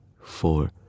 four